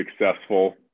successful